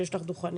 שיש לך דוכנים.